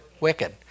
Wicked